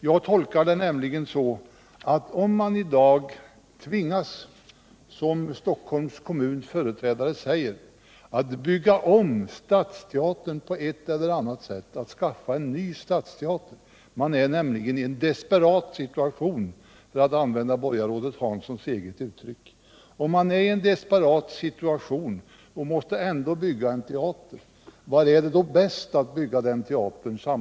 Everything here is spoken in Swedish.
Jag tolkar det nämligen så, att Stockholms kommuns företrädare, som man säger, i dag tvingas att bygga om Stadsteatern på ett eller annat sätt eller skaffa en ny stadsteater — man är nämligen i en desperat situation, för att använda borgarrådet Hansons eget uttryck. Öch om man alltså befinner sig i en desperat situation och ändå måste bygga en teater. var är det då samhällsekonomiskt sett bäst att bygga den teatern?